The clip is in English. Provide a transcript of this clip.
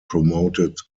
promoted